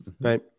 Right